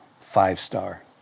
five-star